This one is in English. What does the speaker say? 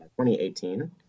2018